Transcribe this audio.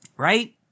Right